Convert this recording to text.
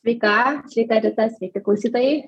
sveika sveika rita sveiki klausytojai